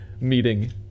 Meeting